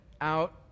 out